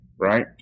right